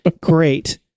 Great